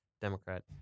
Democrat